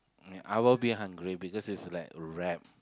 yeah I will be hungry because is like wrap